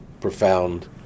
profound